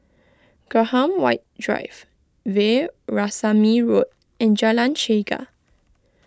Graham White Drive Veerasamy Road and Jalan Chegar